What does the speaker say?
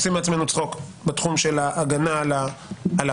עושים מעצמנו צחוק בתחום של ההגנה על הפרט,